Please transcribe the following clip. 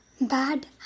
bad